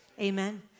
Amen